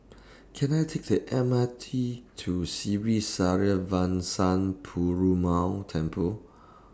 Can I Take The M R T to Sri Srinivasa Perumal Temple